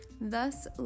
Thus